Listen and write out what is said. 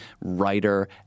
writer